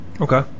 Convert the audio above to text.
Okay